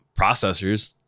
processors